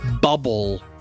bubble